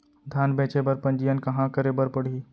धान बेचे बर पंजीयन कहाँ करे बर पड़ही?